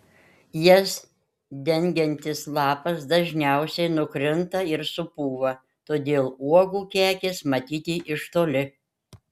jas dengiantis lapas dažniausiai nukrinta ir supūva todėl uogų kekės matyti iš toli